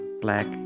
black